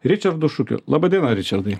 ričardu šukiu laba diena ričardai